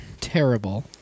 Terrible